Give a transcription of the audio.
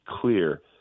clear